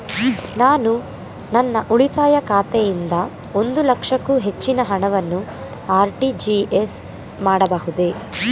ನಾನು ನನ್ನ ಉಳಿತಾಯ ಖಾತೆಯಿಂದ ಒಂದು ಲಕ್ಷಕ್ಕೂ ಹೆಚ್ಚಿನ ಹಣವನ್ನು ಆರ್.ಟಿ.ಜಿ.ಎಸ್ ಮಾಡಬಹುದೇ?